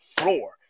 floor